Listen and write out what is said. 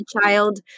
child